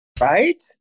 Right